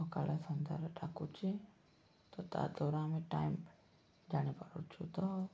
ସକାଳେ ସନ୍ଧ୍ୟାରେ ଡାକୁଛି ତ ତାଦ୍ଵାରା ଆମେ ଟାଇମ୍ ଜାଣିପାରୁଛୁ ତ